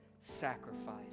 sacrifice